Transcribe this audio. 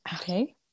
okay